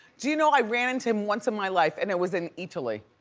do you know i ran into him once in my life and it was in eataly.